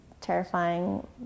terrifying